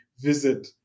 visit